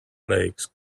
legs